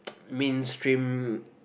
mainstream